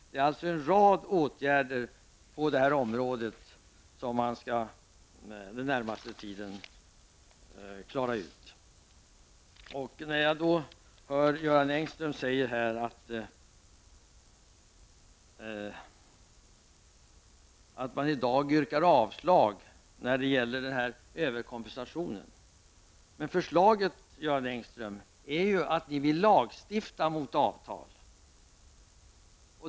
Det skall alltså vidtas en rad åtgärder på det här området inom den närmaste tiden. När jag då hör Göran Engström säga att man i dag yrkar avslag när det gäller den här överkompensationen vill jag säga att förslaget ju innebär att ni vill lagstifta mot avtal.